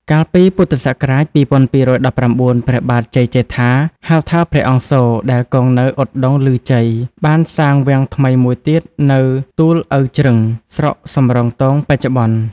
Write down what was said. កាលពីព.ស. ២២១៩ ព្រះបាទជ័យជេដ្ឋា (ហៅថា ព្រះអង្គសូរ) ដែលគង់នៅឧត្តុង្គឮជ័យ បានសាងវាំងថ្មីមួយទៀតនៅ ទូលឪជ្រឹង (ស្រុកសំរោងទងបច្ចុប្បន្ន)។